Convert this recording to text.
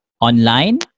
online